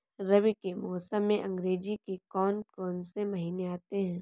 रबी के मौसम में अंग्रेज़ी के कौन कौनसे महीने आते हैं?